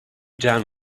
down